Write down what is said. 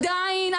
עדיין,